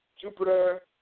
Jupiter